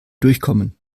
durchkommen